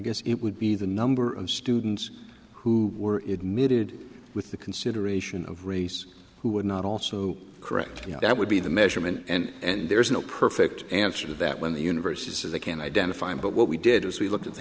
guess it would be the number of students who were it mid with the consideration of race who would not also correct that would be the measurement and there is no perfect answer to that when the university says they can identify but what we did was we looked at the